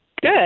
Good